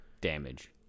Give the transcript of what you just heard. Damage